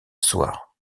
soir